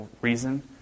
reason